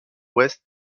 ouest